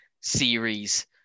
series